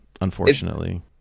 unfortunately